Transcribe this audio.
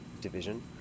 division